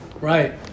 Right